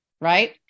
right